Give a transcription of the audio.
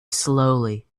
slowly